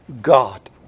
God